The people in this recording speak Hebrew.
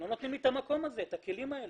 לא נותנים לי את המקום הזה, את הכלים האלה.